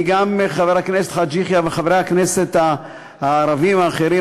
חבר הכנסת חאג' יחיא וחברי הכנסת הערבים האחרים,